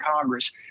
Congress